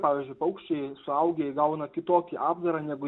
pavyzdžiui paukščiai suaugę įgauna kitokį apdarą negu